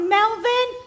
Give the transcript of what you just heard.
Melvin